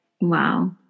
Wow